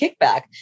kickback